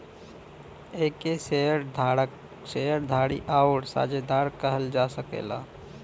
एके शेअर धारक, शेअर धारी आउर साझेदार कहल जा सकेला